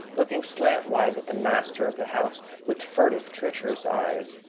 looking slantwise at the master of the house with furtive, treacherous eyes.